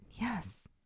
yes